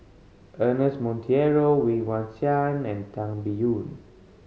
Ernest Monteiro Woon Wah Siang and Tan Biyun